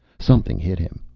something hit him.